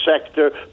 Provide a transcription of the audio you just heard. sector